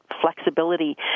flexibility